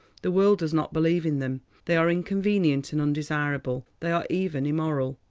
the world does not believe in them they are inconvenient and undesirable they are even immoral.